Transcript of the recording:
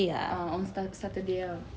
ah on sa~ saturday ah